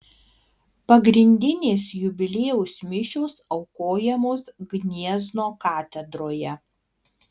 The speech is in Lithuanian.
pagrindinės jubiliejaus mišios aukojamos gniezno katedroje